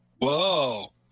Whoa